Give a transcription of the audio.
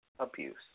abuse